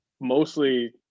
mostly